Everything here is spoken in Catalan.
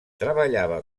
treballava